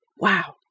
wow